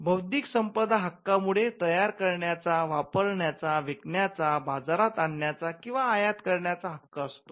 बौद्धिक संपदा हक्कां मुळे तयार करण्याचा वापरण्याचा विकण्याचाबाजारात आणण्याचा किंवा आयात करण्याचा हक्क असतो